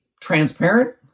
transparent